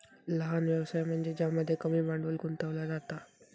लहान व्यवसाय म्हनज्ये ज्यामध्ये कमी भांडवल गुंतवला जाता